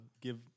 Give